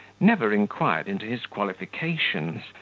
never inquired into his qualifications,